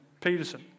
Peterson